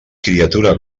criatura